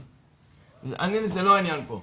אני לא העניין פה,